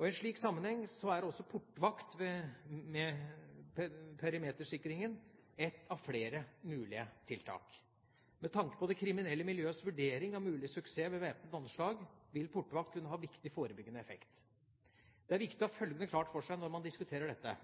I en slik sammenheng er også portvakt ved perimetersikringen ett av flere mulige tiltak. Med tanke på det kriminelle miljøets vurdering av mulig suksess ved væpnet anslag, vil portvakt kunne ha en viktig forebyggende effekt. Det er viktig å ha følgende klart for seg når man diskuterer dette: